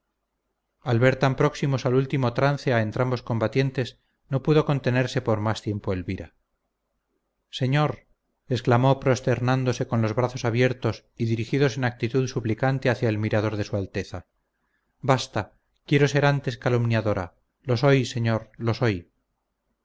al ver tan próximos al último trance a entrambos combatientes no pudo contenerse por más tiempo elvira señor exclamó prosternándose con los brazos abiertos y dirigidos en actitud suplicante hacia el mirador de su alteza basta quiero ser antes calumniadora lo soy señor lo soy